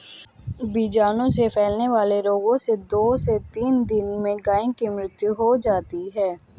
बीजाणु से फैलने वाले रोगों से दो से तीन दिन में गायों की मृत्यु हो जाती है